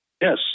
Yes